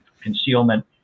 concealment